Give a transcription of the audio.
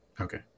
Okay